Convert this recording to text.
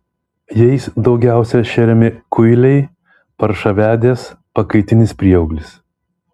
jais daugiausiai šeriami kuiliai paršavedės pakaitinis prieauglis